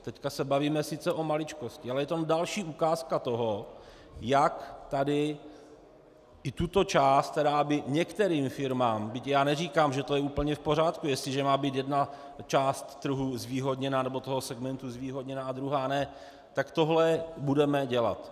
Teď se sice bavíme o maličkosti, ale je tam další ukázka toho, jak tady i tuto část, která by některým firmám, byť neříkám, že to je úplně v pořádku, jestliže má být jedna část trhu zvýhodněna, nebo toho segmentu zvýhodněna, a druhá ne, tak tohle budeme dělat.